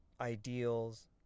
ideals